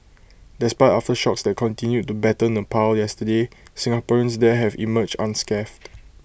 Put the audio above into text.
despite aftershocks that continued to batter Nepal yesterday Singaporeans there have emerged unscathed